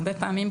הרבה פעמים,